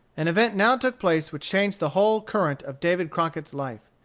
an event now took place which changed the whole current of david crockett's life,